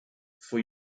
for